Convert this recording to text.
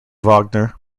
wagner